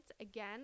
again